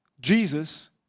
Jesus